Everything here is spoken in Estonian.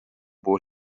puhul